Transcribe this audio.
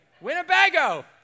Winnebago